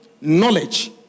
knowledge